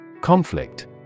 Conflict